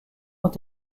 ont